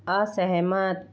असहमत